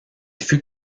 fut